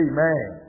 Amen